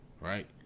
Right